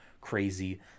crazy